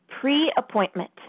pre-appointment